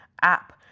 app